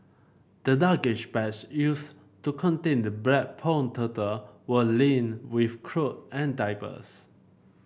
the luggage bags used to contain the black pond turtle were lined with cloth and diapers